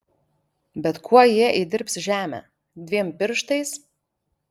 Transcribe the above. bet kuo jie įdirbs žemę dviem pirštais